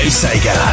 Sega